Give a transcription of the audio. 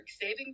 Saving